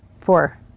Four